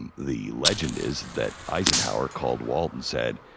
and the legend is that eisenhower called walt and said,